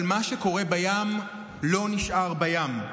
אבל מה שקורה בים לא נשאר בים.